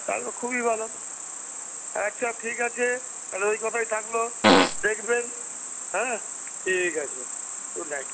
তাহলে তো খুবই ভালো আচ্ছা ঠিক আছে তাহলে ওই কথাই থাকলো দেখবেন হ্যাঁ ঠিক আছে গুড নাইট